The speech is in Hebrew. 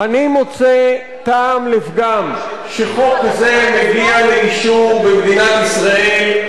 אני מוצא טעם לפגם שחוק כזה מגיע לאישור במדינת ישראל,